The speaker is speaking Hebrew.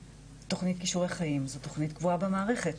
תכנית כישורי חיים זו תכנית קבועה במערכת.